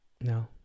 No